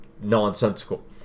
nonsensical